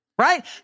right